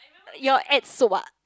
you all add soap ah